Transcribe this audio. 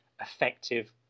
effective